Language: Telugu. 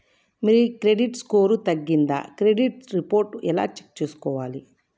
మీ క్రెడిట్ స్కోర్ తగ్గిందా క్రెడిట్ రిపోర్ట్ ఎలా చెక్ చేసుకోవాలి?